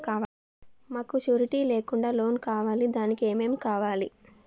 మాకు షూరిటీ లేకుండా లోన్ కావాలి దానికి ఏమేమి కావాలి?